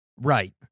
Right